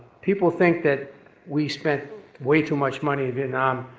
people think that we spent way too much money in vietnam.